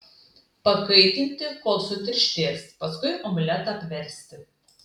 pakaitinti kol sutirštės paskui omletą apversti